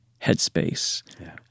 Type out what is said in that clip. headspace